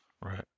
Right